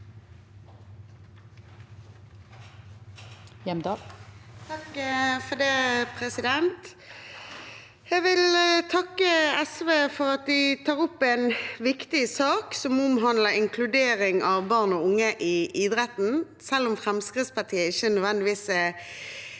(FrP) Jeg vil takke SV for at de tar opp en viktig sak som omhandler inkludering av barn og unge i idretten. Selv om Fremskrittspartiet ikke nødvendigvis